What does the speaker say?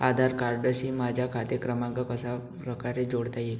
आधार कार्डशी माझा खाते क्रमांक कशाप्रकारे जोडता येईल?